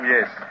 Yes